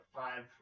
five